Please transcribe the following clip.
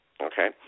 Okay